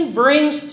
brings